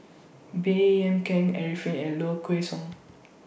Baey Yam Keng Arifin and Low Kway Song